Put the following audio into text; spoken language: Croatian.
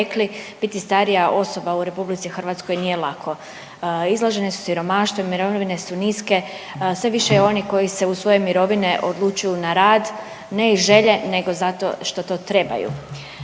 biti starija osoba u RH nije lako, izloženi su siromaštvu, mirovine su niske, sve više je onih koji se uz svoje mirovine odlučuju na rad ne iz želje nego zato što to trebaju.